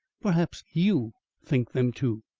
perhaps you think them, too.